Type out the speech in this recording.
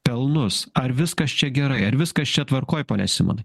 pelnus ar viskas čia gerai ar viskas čia tvarkoj pone simonai